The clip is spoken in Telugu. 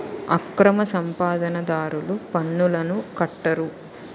అక్రమ సంపాదన దారులు పన్నులను కట్టరు